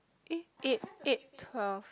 eh eight eight twelve